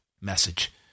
message